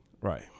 Right